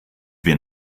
wir